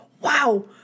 Wow